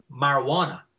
marijuana